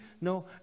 No